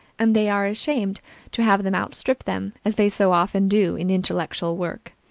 and they are ashamed to have them outstrip them, as they so often do, in intellectual work.